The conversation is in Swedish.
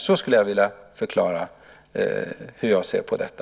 Så skulle jag vilja förklara för dig hur jag ser på detta.